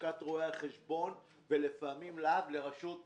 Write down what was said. לשכת רואי החשבון ולפעמים להב לרשות המיסים.